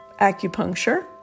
acupuncture